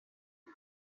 som